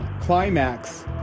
climax